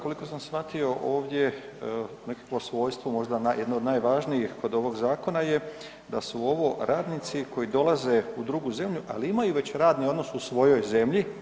Koliko sam shvatio ovdje nekakvo svojstvo možda jedno od najvažnijih kod ovog zakona je da su ovo radnici koji dolaze u drugu zemlju, ali imaju već radni odnos u svojoj zemlji.